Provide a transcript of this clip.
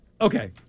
Okay